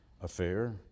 affair